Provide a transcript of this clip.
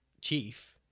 chief